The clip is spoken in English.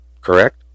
correct